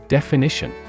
Definition